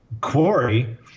Quarry